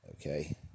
Okay